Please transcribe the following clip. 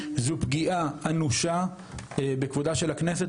זו פגיעה אנושה בכבודה של הכנסת,